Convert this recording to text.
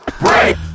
break